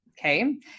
Okay